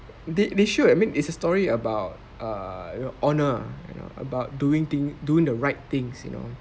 they they should I mean it's a story about err you know honour you know about doing thing doing the right things you know